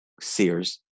Sears